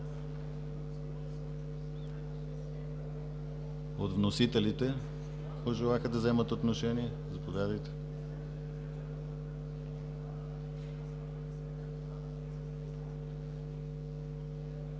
От вносителите пожелаха да вземат отношение. Заповядайте.